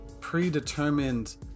predetermined